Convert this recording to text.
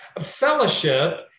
Fellowship